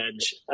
edge